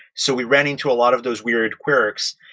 so we ran into a lot of those weird quirks,